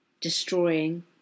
destroying